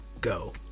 go